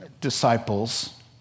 disciples